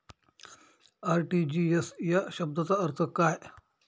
RTGS या शब्दाचा अर्थ काय?